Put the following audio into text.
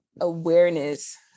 awareness